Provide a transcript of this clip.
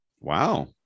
wow